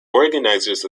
organizers